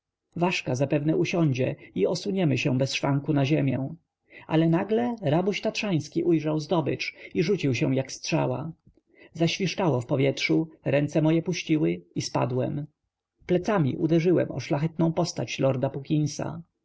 ważka zapewne usiądzie i osuniemy się bez szwanku na ziemię ale nagle rabuś tatrzański ujrzał zdobycz i rzucił się jak strzała zaświszczało w powietrzu ręce moje puściły i spadłem plecami uderzyłem o szlachetną postać lorda